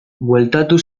bueltatu